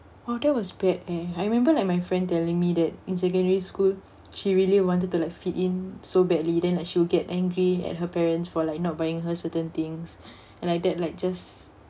!wah! that was bad leh I remember like my friend telling me that in secondary school she really wanted to like fit in so badly then like she will get angry at her parents for like not buying her certain things like that like just